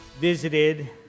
visited